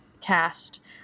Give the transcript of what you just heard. cast